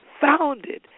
founded